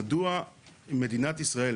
מדוע מדינת ישראל,